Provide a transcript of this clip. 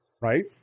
Right